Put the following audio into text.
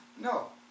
No